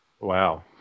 Wow